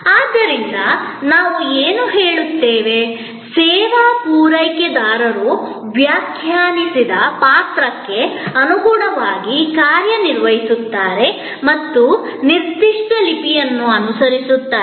ಆದ್ದರಿಂದ ನಾವು ಏನು ಹೇಳುತ್ತೇವೆ ಎಂದರೆ ಸೇವಾ ಪೂರೈಕೆದಾರರು ವ್ಯಾಖ್ಯಾನಿಸಿದ ಪಾತ್ರಕ್ಕೆ ಅನುಗುಣವಾಗಿ ಕಾರ್ಯನಿರ್ವಹಿಸುತ್ತಾರೆ ಮತ್ತು ನಿರ್ದಿಷ್ಟ ಲಿಪಿಯನ್ನು ಅನುಸರಿಸುತ್ತಾರೆ